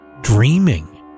dreaming